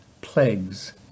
Plagues